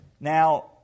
Now